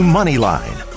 Moneyline